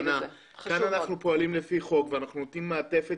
כאן אנחנו פועלים לפי חוק ואנחנו נותנים מעטפת